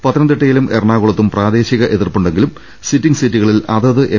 പത്തനംതിട്ടയിലും എറണാകുളത്തും പ്രാദേശിക എതിർപ്പുണ്ടെങ്കിലും സിറ്റിങ് സീറ്റുകളിൽ അതത് എം